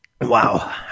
Wow